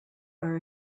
are